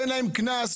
תן להם קנס,